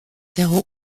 zéro